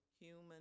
human